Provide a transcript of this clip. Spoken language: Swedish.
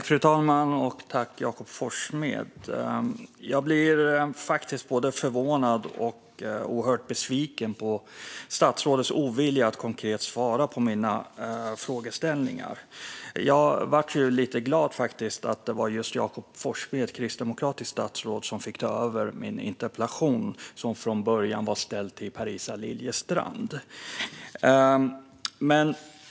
Fru talman! Jag blir både förvånad och oerhört besviken på statsrådets ovilja att konkret svara på mina frågor. Jag var glad att det var just Jakob Forssmed, kristdemokratiskt statsråd, som tog över min interpellation, som från början var ställd till Parisa Liljestrand.